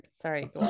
Sorry